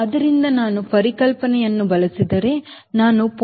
ಆದ್ದರಿಂದ ನಾನು ಈ ಪರಿಕಲ್ಪನೆಯನ್ನು ಬಳಸಿದರೆ ನಾನು 0